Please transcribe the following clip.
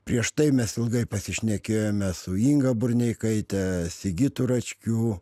prieš tai mes ilgai pasišnekėjome su inga burneikaite sigitu račkiu